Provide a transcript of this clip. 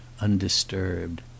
undisturbed